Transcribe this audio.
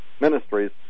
ministries